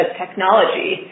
technology